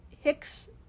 hicks